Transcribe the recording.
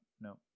No